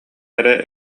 эрэ